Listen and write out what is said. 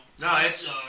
Nice